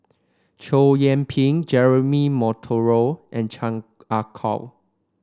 Chow Yian Ping Jeremy Monteiro and Chan Ah Kow